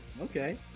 okay